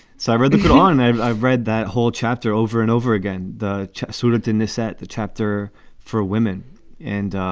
so i read the koran and i read that whole chapter over and over again, the sort of thing this at the chapter for women and.